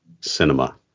cinema